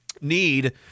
need